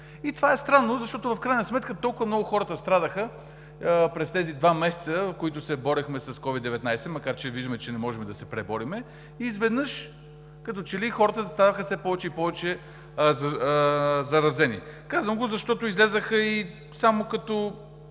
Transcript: И това е странно, защото в крайна сметка толкова много хората страдаха през тези два месеца, в които се борихме с COVID-19, макар че виждаме, че не можем да се преборим, и изведнъж като че ли заразените хора ставаха все повече и повече. Казвам го, защото излязоха и като